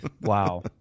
Wow